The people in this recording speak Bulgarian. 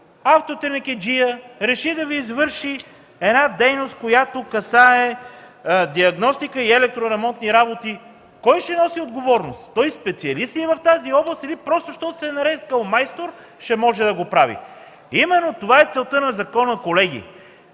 си „майстор”, реши да Ви извърши дейност, която касае диагностика и електро-ремонтни работи, кой ще носи отговорност? Той специалист ли е в тази област, или просто, защото се е нарекъл „майстор”, ще може да го прави? Именно това е целта на закона, колеги